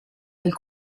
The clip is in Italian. del